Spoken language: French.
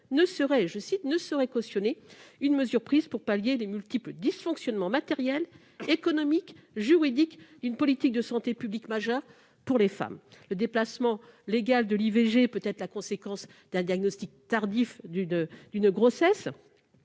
toutefois qu'il « ne saurait cautionner une mesure prise pour pallier les multiples dysfonctionnements matériels, économiques, juridiques d'une politique de santé publique majeure pour les femmes. » Le dépassement du délai légal pour une IVG peut être la conséquence du diagnostic tardif d'une grossesse,